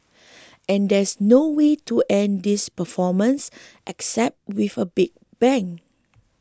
and there's no way to end this performance except with a big bang